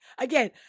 Again